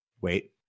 Wait